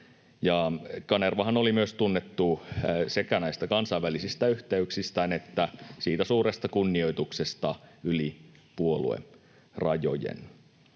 Kanervahan oli myös tunnettu sekä näistä kansainvälisistä yhteyksistään että suuresta kunnioituksesta yli puoluerajojen.